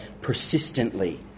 persistently